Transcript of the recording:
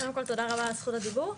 תודה רבה על זכות הדיבור.